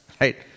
Right